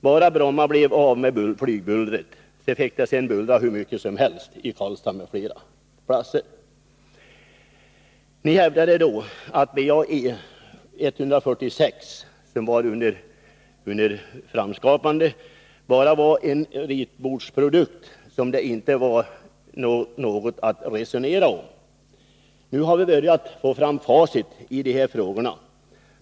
Bara Bromma blev av med flygbullret fick det sedan bullra hur mycket som helst i Karlstad m.fl. platser. Ni hävdade då att BAe 146, som var under tillskapande, bara var en ritbordsprodukt som inte var något att resonera om. Nu har vi börjat få fram facit i de här frågorna.